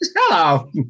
Hello